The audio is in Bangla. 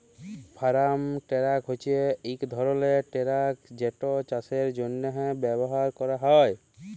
ফারাম টেরাক হছে ইক ধরলের টেরাক যেট চাষের জ্যনহে ব্যাভার ক্যরা হয়